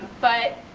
but